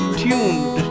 tuned